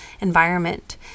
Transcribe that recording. environment